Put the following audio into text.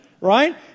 right